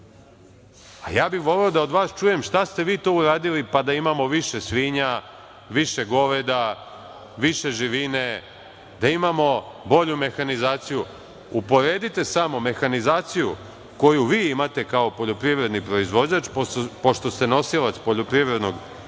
bih voleo da od vas čujem šta ste vi to uradili pa da imamo više svinja, više goveda, više živine, da imamo bolju mehanizaciju. Uporedite samo mehanizaciju koju vi imate kao poljoprivredni proizvođač, pošto ste nosilac poljoprivrednog gazdinstva